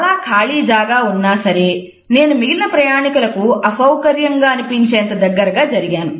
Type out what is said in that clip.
చాలా ఖాళీ జాగా ఉన్నా సరే నేను మిగిలిన ప్రయాణికులకు అసౌకర్యంగా అనిపించేంత దగ్గరగా జరిగాను